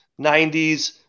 90s